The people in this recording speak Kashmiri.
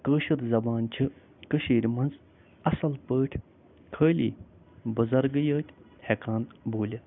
کٲشِر زبان چھِ کٔشیٖرِ منٛز اَصٕل پٲٹھۍ خٲلی بُزرگٕے یٲتۍ ہٮ۪کان بوٗلِتھ